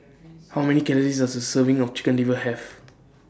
How Many Calories Does A Serving of Chicken Liver Have